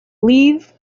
leave